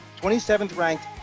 27th-ranked